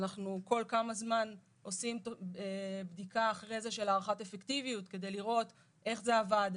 אנחנו כל כמה זמן עושים בדיקה של הערכת אפקטיביות כדי לראות איך זה עבד,